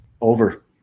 Over